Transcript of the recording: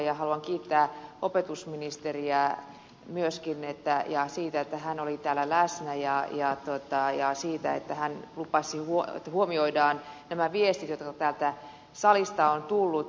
ja haluan kiittää opetusministeriä myöskin siitä että hän oli täällä läsnä ja siitä että hän lupasi että huomioidaan nämä viestit jotka täältä salista ovat tulleet